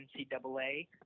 NCAA